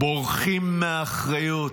בורחים מאחריות,